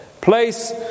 Place